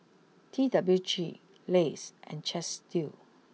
T W G Lays and Chesdale